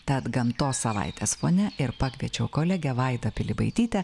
tad gamtos savaitės fone ir pakviečiau kolegę vaida pilibaitytę